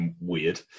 weird